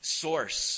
source